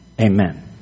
Amen